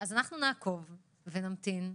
אנחנו נעקוב ונמתין.